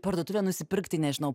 parduotuvę nusipirkti nežinau